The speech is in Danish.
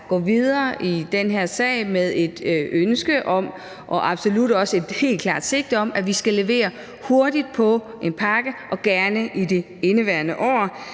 gå videre i den her sag med et ønske om og absolut også et helt klart sigte om, at vi skal levere hurtigt på en pakke, gerne i det indeværende år.